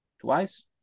Twice